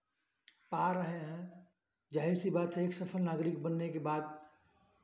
पा रहे हैं ज़ाहिर सी बात है एक सफल नागरिक बनने के बाद